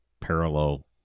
parallel